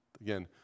Again